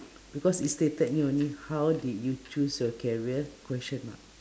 because it stated here only how did you choose your career question mark